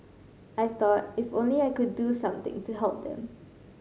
I thought if only I could do something to help them